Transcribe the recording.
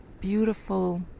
beautiful